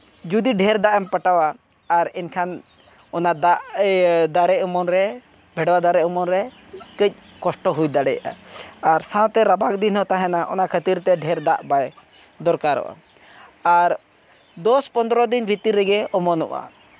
ᱡᱩᱫᱤ ᱰᱷᱮᱹᱨ ᱫᱟᱜ ᱮᱢ ᱯᱚᱴᱟᱣᱟ ᱮᱱᱠᱷᱟᱱ ᱚᱱᱟ ᱫᱟᱜ ᱫᱟᱨᱮ ᱩᱢᱩᱞ ᱨᱮ ᱵᱷᱮᱰᱣᱟ ᱫᱟᱨᱮ ᱩᱢᱩᱞ ᱨᱮ ᱠᱟᱹᱡ ᱠᱚᱥᱴᱚ ᱦᱩᱭ ᱫᱟᱲᱮᱭᱟᱜᱼᱟ ᱟᱨ ᱥᱟᱶᱛᱮ ᱨᱟᱵᱟᱝ ᱫᱤᱱ ᱦᱚᱸ ᱛᱟᱦᱮᱱᱟ ᱚᱱᱟ ᱠᱷᱟᱹᱛᱤᱨ ᱛᱮ ᱰᱷᱮᱹᱨ ᱫᱟᱜ ᱵᱟᱭ ᱫᱚᱨᱠᱟᱨᱚᱜᱼᱟ ᱟᱨ ᱫᱚᱥ ᱯᱚᱱᱨᱚ ᱫᱤᱱ ᱵᱷᱤᱛᱤᱨ ᱨᱮᱜᱮ ᱚᱢᱚᱱᱚᱜᱼᱟ